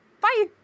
Bye